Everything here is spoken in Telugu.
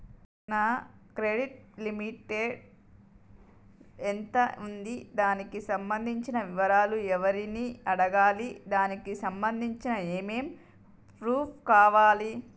నా క్రెడిట్ లిమిట్ ఎంత ఉంది? దానికి సంబంధించిన వివరాలు ఎవరిని అడగాలి? దానికి సంబంధించిన ఏమేం ప్రూఫ్స్ కావాలి?